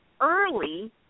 early